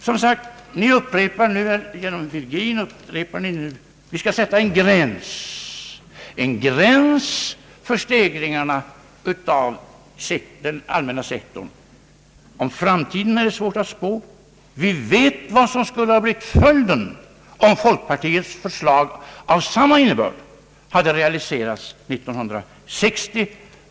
Som sagt, genom herr Virgin upprepar ni nu att vi skall sätta en gräns för stegringarna inom den allmänna sektorn. Om framtiden är det svårt att spå. Vi vet vad som skulle blivit följden om folkpartiets förslag av samma innnebörd hade realiserats 1960.